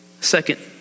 Second